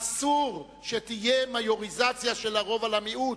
אסור שתהיה מיוריזציה של הרוב על המיעוט,